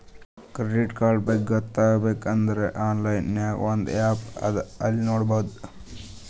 credit card ಬಗ್ಗೆ ಗೊತ್ತ ಆಗ್ಬೇಕು ಅಂದುರ್ ಆನ್ಲೈನ್ ನಾಗ್ ಒಂದ್ ಆ್ಯಪ್ ಅದಾ ಅಲ್ಲಿ ನೋಡಬೋದು